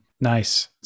Nice